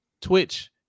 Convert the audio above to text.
twitch